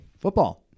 Football